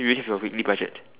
you already have your weekly budget